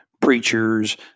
preachers